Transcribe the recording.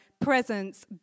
presence